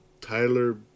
tyler